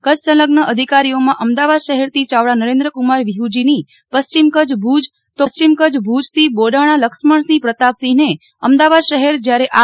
કચ્છ સંલગ્ન અધિકારીઓમાં અમદાવાદ શહેરથી ચાવડા નરેન્દ્રકુમાર વિહ્જીની પશ્ચિમ કચ્છ ભુજ તો પશ્ચિમ કચ્છ ભુજ થી બોડાણા લક્ષ્મણસિંહ પ્રતાપસિંહ ને અમદાવાદ શહેર જયારે આર